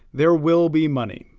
there will be money.